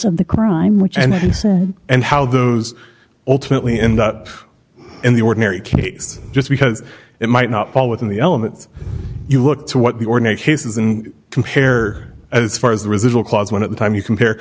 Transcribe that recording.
of the crime which and and how those ultimately end up in the ordinary case just because it might not fall within the elements you look to what the ordinary says and compare as far as the residual clause when at the time you compare